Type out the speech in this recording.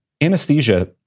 Anesthesia